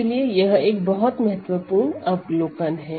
इसलिए यह एक बहुत महत्वपूर्ण अवलोकन है